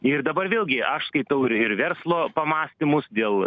ir dabar vėlgi aš skaitau ir ir verslo pamąstymus dėl